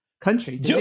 country